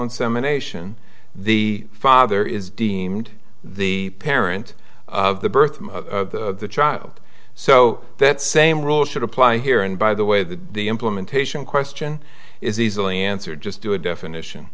insemination the father is deemed the parent of the birth of the child so that same rule should apply here and by the way the implementation question is easily answered just do a definition